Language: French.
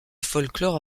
folklore